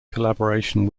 collaboration